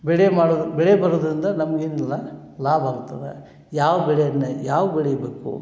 ಬೆಳೆ ಮಾಡೋದಕ್ಕೆ ಬೆಳೆ ಬರೋದರಿಂದ ನಮ್ಗೆ ಏನು ಇಲ್ಲ ಲಾಭ ಆಗ್ತದೆ ಯಾವ ಬೆಳೆಯನ್ನು ಯಾವಾಗ ಬೆಳಿಬೇಕು